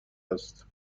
است